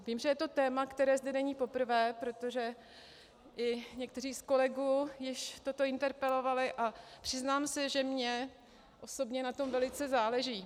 Vím, že je to téma, které zde není poprvé, protože i někteří z kolegů již toto interpelovali, a přiznám se, že mně osobně na tom velice záleží.